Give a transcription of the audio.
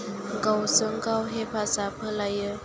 गावजों गाव हेफाजाब होलायो